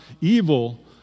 evil